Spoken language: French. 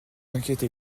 inquiétez